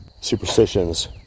superstitions